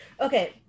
Okay